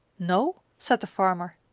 no, said the farmer.